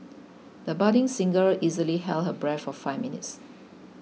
the budding singer easily held her breath for five minutes